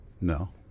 No